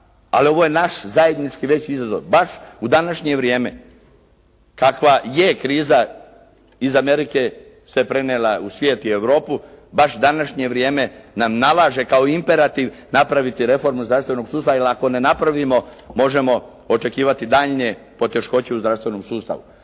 Ali ovo je naš zajednički veći izazov baš u današnje vrijeme. Kakva je kriza iz Amerike se prenijela u svijet i Europu, baš današnje vrijeme nam nalaže kao imperativ napraviti reformu zdravstvenog sustava, jer ako ne napravimo možemo očekivati daljnje poteškoće u zdravstvenom sustavu.